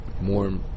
more